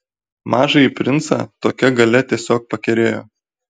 mažąjį princą tokia galia tiesiog pakerėjo